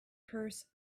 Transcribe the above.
purse